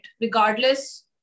regardless